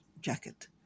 jacket